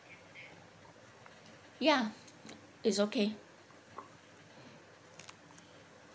ya it's okay